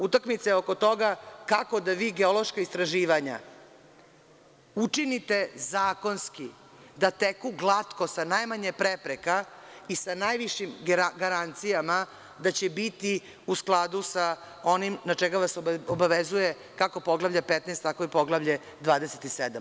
Utakmica je oko toga kako da vi geološka istraživanja učinite zakonskim, da teku glatko sa najmanje prepreka i sa najvišim garancijama da će biti u skladu sa onim na šta vas obavezu kako poglavlje 15, tako i poglavlje 27.